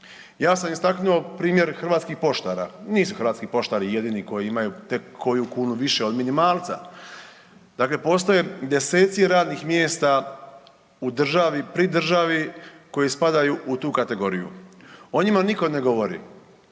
Ja sam istaknuo primjer hrvatskih poštara, nisu hrvatski poštari jedini koji imaju tek koju kunu više od minimalca, dakle postoje deseci radnih mjesta u državi pri državi koji spadaju u tu kategoriju, o njima niko ne govori.